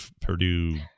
Purdue